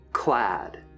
clad